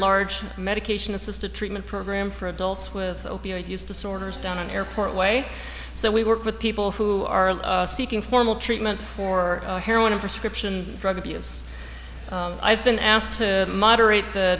large medication assisted treatment program for adults with opiate use disorders down an airport way so we work with people who are seeking formal treatment for heroin of prescription drug abuse i've been asked to moderate the